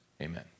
Amen